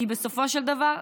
כי בסופו של דבר,